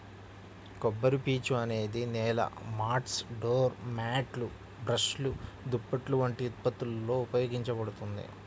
కొబ్బరిపీచు అనేది నేల మాట్స్, డోర్ మ్యాట్లు, బ్రష్లు, దుప్పట్లు వంటి ఉత్పత్తులలో ఉపయోగించబడుతుంది